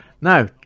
Now